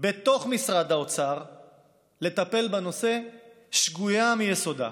בתוך משרד האוצר לטפל בנושא שגויה מיסודה.